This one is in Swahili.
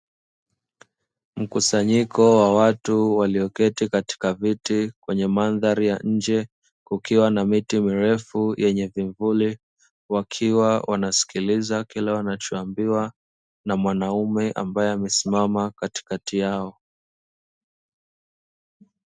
Mkusanyiko wa watu walioketi katika viti kwenye mandhari ya nje, kukiwa na miti mirefu yenye kimvuli wakiwa wanasikiliza kile wanachoambiwa na mwanaume aliyesimama katikati yao.